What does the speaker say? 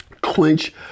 clinch